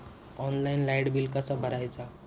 Online light bill कसा भरायचा?